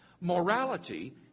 Morality